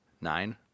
Nine